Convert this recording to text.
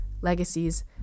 legacies